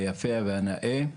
היפה והנאה,